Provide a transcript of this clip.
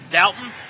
Dalton